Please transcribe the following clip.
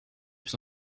plus